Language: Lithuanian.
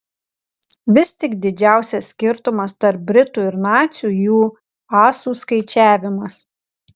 vis tik didžiausias skirtumas tarp britų ir nacių jų asų skaičiavimas